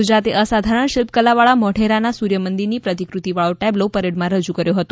ગુજરાતે અસાધારણ શિલ્પકલાવાળા મોઢેરાના સૂર્યમંદિરની પ્રતિકૃતિવાળો ટેબ્લો પરેડમાં રજૂ કર્યો હતો